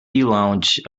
lounge